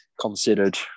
considered